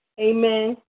Amen